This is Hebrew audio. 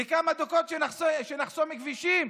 לכמה דקות שנחסום כבישים.